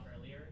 earlier